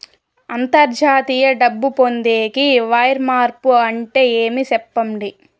అంతర్జాతీయ డబ్బు పొందేకి, వైర్ మార్పు అంటే ఏమి? సెప్పండి?